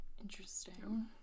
Interesting